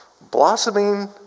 blossoming